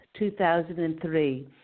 2003